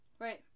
right